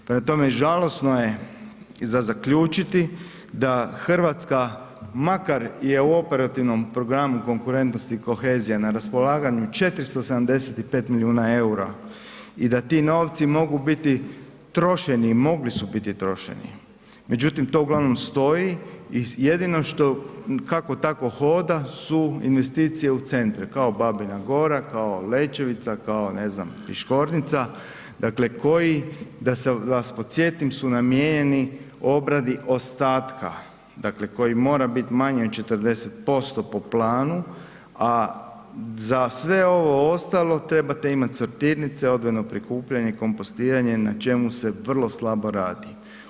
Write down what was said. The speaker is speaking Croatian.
Prema tome, žalosno je i za zaključiti da Hrvatska makar je u operativnom programi konkurentnosti i kohezije na raspolaganju 475 milijuna eura i da ti novci mogu biti trošeni i mogli su biti trošeni međutim to uglavnom stoji i jedino što kakvog takvog hoda su investicije u centre, kao Babina gora, kao Lečevica, kao ne znam Piškornica, dakle koji da vas podsjetim su namijenjeni obradi ostatka dakle koji mora biti manji od 40% po planu a za sve ovo ostalo trebate imati sortirnice, odvojeno prikupljanje, kompostiranje na čemu se vrlo slabo radi.